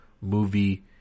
movie